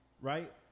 right